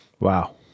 Wow